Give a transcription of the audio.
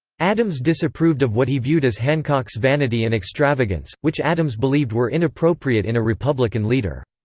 adams disapproved of what he viewed as hancock's vanity and extravagance, which adams believed were inappropriate in a republican leader.